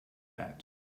bed